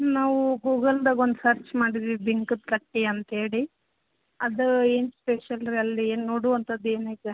ನಾವು ಗೂಗಲ್ದಾಗೆ ಒಂದು ಸರ್ಚ್ ಮಾಡಿದ್ವಿ ಬಿಂಕದ ಕಟ್ಟಿ ಅಂತೇಳಿ ಅದು ಏನು ಸ್ಪೆಷಲ್ ರೀ ಅಲ್ಲಿ ನೋಡುವಂಥದ್ದು ಏನೈತೆ